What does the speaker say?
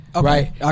Right